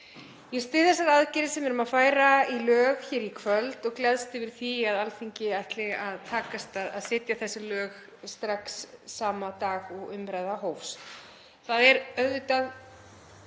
Ég styð þessar aðgerðir sem við erum að færa í lög hér í kvöld og gleðst yfir því að Alþingi ætli að takast að setja þessi lög strax sama dag og umræða hófst. Það er auðvitað